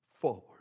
Forward